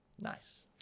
Nice